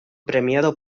premiado